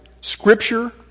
Scripture